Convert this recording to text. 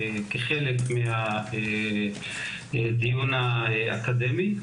כחלק מהדיון האקדמי,